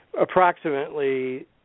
approximately